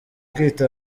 kwita